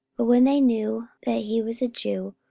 but when they knew that he was a jew,